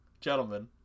gentlemen